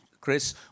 Chris